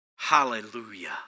Hallelujah